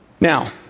Now